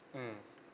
mmhmm